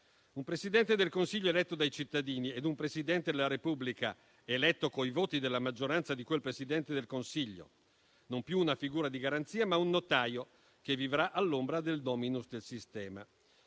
Un Presidente del Consiglio eletto dai cittadini e un Presidente della Repubblica eletto con i voti della maggioranza di quel Presidente del Consiglio: non più una figura di garanzia, ma un notaio, che vivrà all'ombra del *dominus* del sistema.